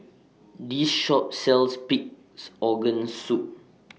This Shop sells Pig'S Organ Soup